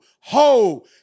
ho